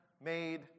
made